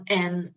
en